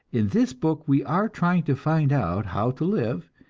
in this book we are trying to find out how to live,